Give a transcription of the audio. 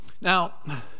now